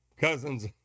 cousins